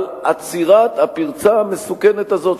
על עצירת הפרצה המסוכנת הזאת.